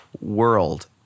world